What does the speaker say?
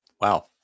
wow